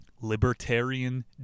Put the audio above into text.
Libertarian